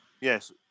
yes